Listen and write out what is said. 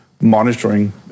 monitoring